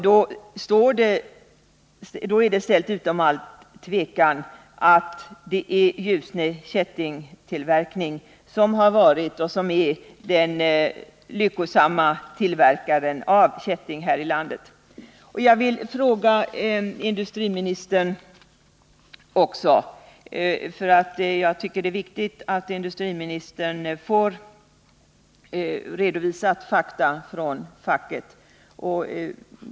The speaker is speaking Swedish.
Då är det ställt utom allt tvivel att det är Ljusne Kätting som har varit den framgångsrika tillverkaren av kätting här i landet. Jag tycker det är viktigt att facket får redovisa fakta för industriministern.